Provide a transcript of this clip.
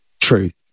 truth